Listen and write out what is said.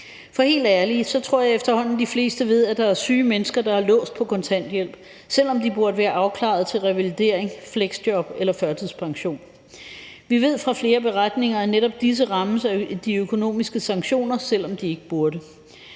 For helt ærligt: Jeg tror efterhånden, at de fleste ved, at der er syge mennesker, der er låst på kontanthjælp, selv om de burde være afklaret til revalidering, fleksjob eller førtidspension. Vi ved fra flere beretninger, at netop disse rammes af de økonomiske sanktioner, selv om de ikke burde.